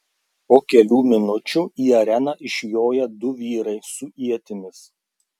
po kelių minučių į areną išjoja du vyrai su ietimis